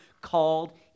called